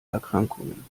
erkrankungen